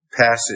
passage